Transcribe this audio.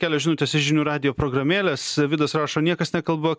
kelios žinutės iš žinių radijo programėlės vidas rašo niekas nekalba